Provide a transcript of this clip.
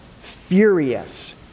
furious